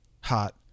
hot